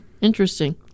Interesting